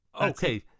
okay